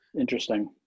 Interesting